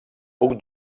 puc